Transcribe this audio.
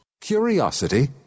curiosity